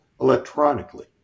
electronically